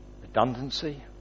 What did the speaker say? Redundancy